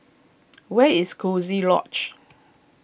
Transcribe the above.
where is Coziee Lodge